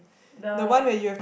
the